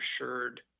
assured